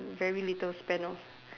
very little span of